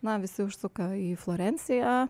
na visi užsuka į florenciją